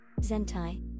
zentai